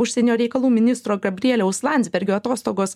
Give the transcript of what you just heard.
užsienio reikalų ministro gabrieliaus landsbergio atostogos